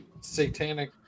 satanic